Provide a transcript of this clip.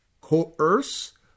coerce